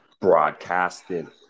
broadcasting